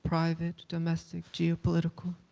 private, domestic, geopolitical.